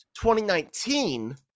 2019